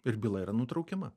ir byla yra nutraukiama